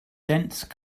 dense